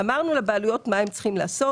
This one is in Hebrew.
אמרנו לבעלויות מה הם צריכים לעשות.